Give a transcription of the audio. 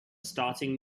starting